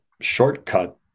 shortcut